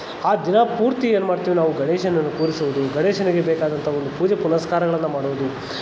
ಆ ದಿನಪೂರ್ತಿ ಏನು ಮಾಡ್ತೀವಿ ನಾವು ಗಣೇಶನನ್ನು ಕೂರಿಸುವುದು ಗಣೇಶನಿಗೆ ಬೇಕಾದಂಥ ಒಂದು ಪೂಜೆ ಪುನಸ್ಕಾರಗಳನ್ನು ಮಾಡೋದು